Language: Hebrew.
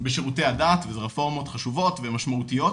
בשרותי הדת וזה רפורמות חשובות ומשמעותיות,